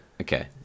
okay